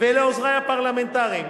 ולעוזרי הפרלמנטריים,